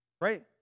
Right